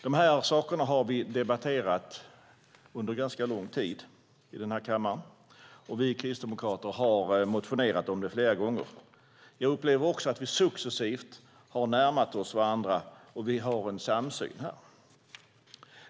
Vi har debatterat detta under ganska lång tid i kammaren, och vi kristdemokrater har motionerat om det flera gånger. Jag upplever att vi successivt har närmat oss varandra och fått en samsyn.